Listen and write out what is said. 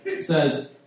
says